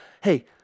hey